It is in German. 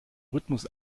rhythmus